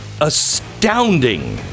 astounding